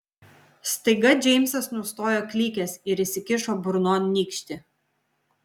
staiga džeimsas nustojo klykęs ir įsikišo burnon nykštį